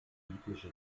biblische